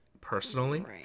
personally